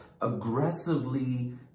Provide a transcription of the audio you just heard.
aggressively